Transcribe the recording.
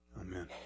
Amen